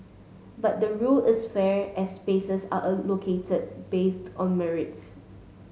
but the rule is fair as spaces are allocated based on merits